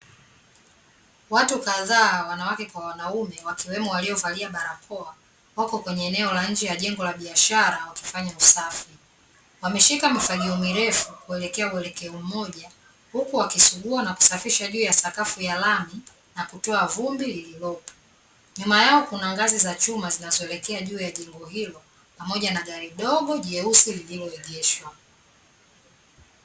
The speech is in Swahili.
Watu kadhaa, (wanawake kwa wanaume) , wakiwemo waliovalia barakoa, wako kwenye eneo ya nje ya jengo la biashara wakifanya usafi. Wameshika mifagio mirefu kuelekea uelekeo mmoja, huku wakisugua na kusafisha juu ya sakafu ya lami, na kutoa vumbi lililopo. Nyuma yao kuna ngazi za chuma zinazoelekea juu ya jengo hilo, pamoja na gari dogo jeusi lililoegeshwa.